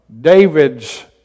David's